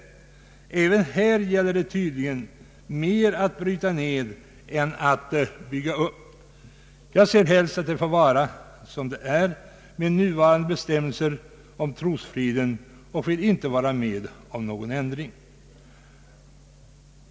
Även här gäller det tydligen mera att bryta ner än att bygga upp. Jag ser helst att det får vara som det är med nuvarande bestämmelser om trosfrid och vill inte vara med om någon ändring.